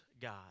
God